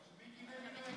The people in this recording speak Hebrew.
שמיקי לוי